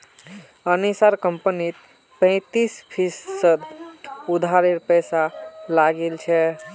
अनीशार कंपनीत पैंतीस फीसद उधारेर पैसा लागिल छ